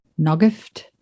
Nogift